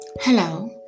Hello